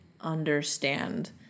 understand